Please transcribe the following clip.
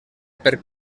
per